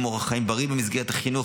פעילות אורח חיים בריא במשרד החינוך,